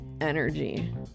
energy